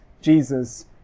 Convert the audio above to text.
Jesus